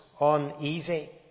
uneasy